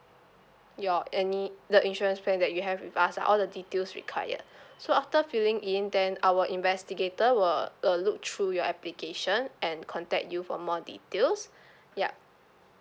your any the insurance plan that you have with us all the details required so after filling in then our investigator will will look through your application and contact you for more details ya